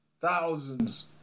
thousands